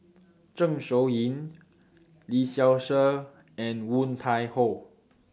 Zeng Shouyin Lee Seow Ser and Woon Tai Ho